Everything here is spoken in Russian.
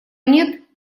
нет